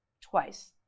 twice